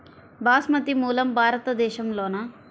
బాస్మతి మూలం భారతదేశంలోనా?